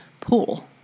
pool